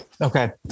Okay